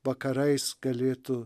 vakarais galėtų